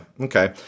okay